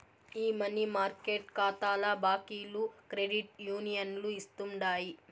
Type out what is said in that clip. ఈ money market కాతాల బాకీలు క్రెడిట్ యూనియన్లు ఇస్తుండాయి